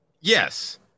Yes